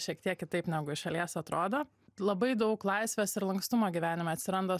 šiek tiek kitaip negu iš šalies atrodo labai daug laisvės ir lankstumo gyvenime atsiranda